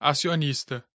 Acionista